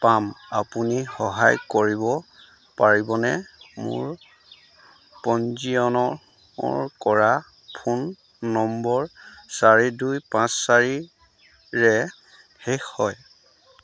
পাম আপুনি সহায় কৰিব পাৰিবনে মোৰ পঞ্জীয়ন কৰা ফোন নম্বৰ চাৰি দুই পাঁচ চাৰিৰে শেষ হয়